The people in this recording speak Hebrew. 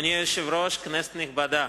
אדוני היושב-ראש, כנסת נכבדה,